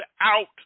out